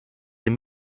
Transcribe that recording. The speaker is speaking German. den